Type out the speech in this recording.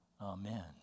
Amen